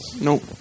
Nope